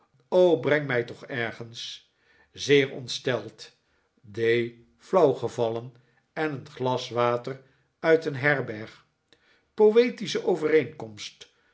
o breng mij toch ergens zeer ontsteld d flauw gevallen en een glas water uit een herberg poetische overeenkomst